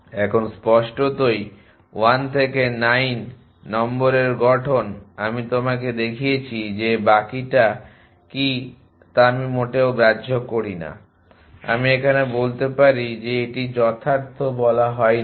এখন স্পষ্টতই 1 থেকে 9 নম্বরের গঠন আমি তোমাকে দেখিয়েছি যে বাকিটা কী তা আমি মোটেও গ্রাহ্য করি না আমি এখানে বলতে পারি যে এটি যথার্থ বলা হয়নি